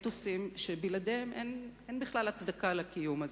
אתוסים שבלעדיהם אין בכלל הצדקה לקיום הזה.